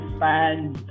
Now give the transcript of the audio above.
fans